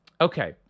Okay